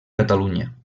catalunya